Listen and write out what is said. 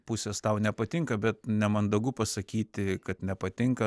pusės tau nepatinka bet nemandagu pasakyti kad nepatinka